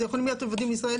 זה יכול להיות עובדים ישראלים,